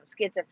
schizophrenia